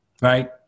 right